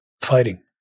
fighting